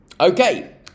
Okay